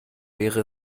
wäre